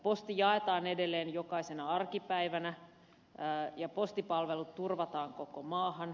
posti jaetaan edelleen jokaisena arkipäivänä ja postipalvelut turvataan koko maahan